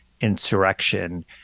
insurrection